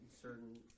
certain